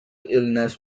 illness